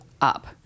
up